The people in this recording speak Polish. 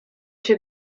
się